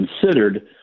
considered